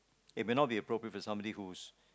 it may not be appropriate for somebody whose